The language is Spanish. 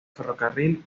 ferrocarril